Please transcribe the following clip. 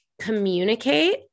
communicate